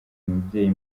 mubyeyi